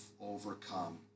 overcome